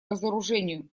разоружению